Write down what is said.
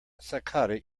psychotic